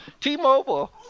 T-Mobile